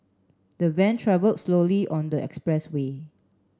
the van travell slowly on the expressway